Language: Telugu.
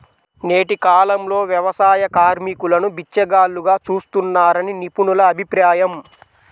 నేటి కాలంలో వ్యవసాయ కార్మికులను బిచ్చగాళ్లుగా చూస్తున్నారని నిపుణుల అభిప్రాయం